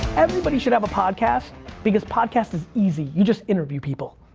everybody should have a podcast because podcast is easy. you just interview people.